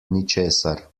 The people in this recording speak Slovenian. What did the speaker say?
ničesar